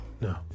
No